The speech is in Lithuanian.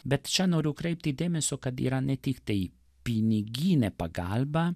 bet čia noriu kreipti dėmesio kad yra ne tiktai piniginė pagalba